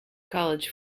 college